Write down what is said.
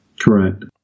Correct